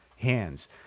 hands